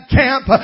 camp